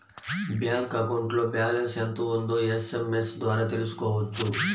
bank అకౌంట్లో balance ఎంత ఉందో ఎస్ఎంఎస్ ద్వారా తెలుసుకోవచ్చు